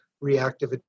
reactive